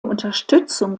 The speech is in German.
unterstützung